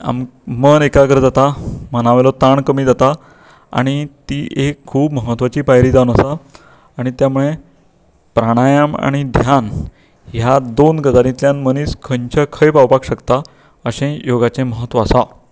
आम मन एकाग्र जाता मना वयलो ताण कमी जाता आनी ती एक खूब महत्वाची पायरी जावन आसा आनी त्या मुळे प्राणायम आनी ध्यान ह्या दोन गजालींतल्यान मनीस खंयच्या खंय पावपाक शकता अशें योगाचें म्हत्व आसा